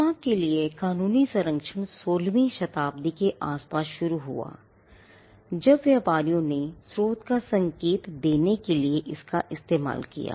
trademark के लिए कानूनी संरक्षण 16 वीं शताब्दी के आसपास शुरू हुआ जब व्यापारियों ने स्रोत का संकेत देने के लिए इसका इस्तेमाल किया